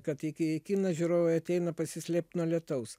kad į ki į kiną žiūrovai ateina pasislėpt nuo lietaus